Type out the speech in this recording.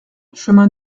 chemin